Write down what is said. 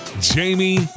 Jamie